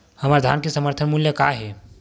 हमर धान के समर्थन मूल्य का हे?